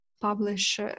publish